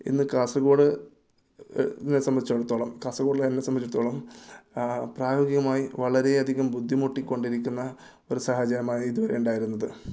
ഇന്ന് കാസർഗോഡ് സംബന്ധിച്ചിടത്തോളം കാസർഗോഡുകാരനെ സംബന്ധിച്ചിടത്തോളം പ്രായോഗികമായി വളരേയധികം ബുദ്ധിമുട്ടി കൊണ്ടിരിക്കുന്ന ഒരു സാഹചര്യമാണ് ഇതുവരെ ഉണ്ടായിരുന്നത്